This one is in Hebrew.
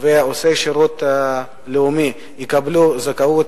ועושי שירות לאומי יקבלו זכאות,